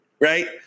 right